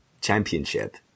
Championship